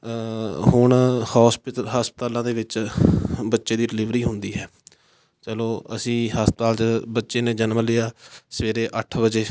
ਹੁਣ ਹੋਸਪਿਟਲ ਹਸਪਤਾਲਾਂ ਦੇ ਵਿੱਚ ਬੱਚੇ ਦੀ ਡਿਲੀਵਰੀ ਹੁੰਦੀ ਹੈ ਚਲੋ ਅਸੀਂ ਹਸਪਤਾਲ 'ਚ ਬੱਚੇ ਨੇ ਜਨਮ ਲਿਆ ਸਵੇਰੇ ਅੱਠ ਵਜੇ